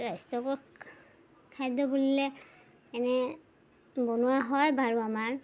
স্বাস্থ্যকৰ খাদ্য বুলিলে এনে বনোৱা হয় বাৰু আমাৰ